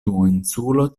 duoninsulo